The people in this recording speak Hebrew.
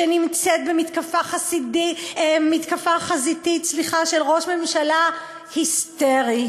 שנמצאת במתקפה חזיתית של ראש ממשלה היסטרי,